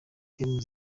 gomes